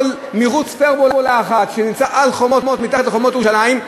מירוץ "פורמולה 1" מתחת לחומות ירושלים,